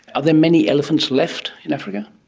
are there many elephants left in africa?